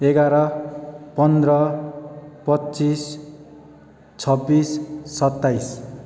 एघार पन्ध्र पच्चिस छब्बिस सत्ताइस